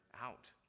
out